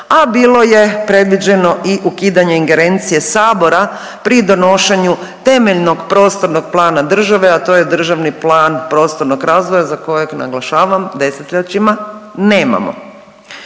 a bilo je predviđeno i ukidanje ingerencije Sabora pri donošenju temeljnog prostornog plana države, a to je državni plan prostornog razvoja za kojeg naglašavam, desetljećima nemamo.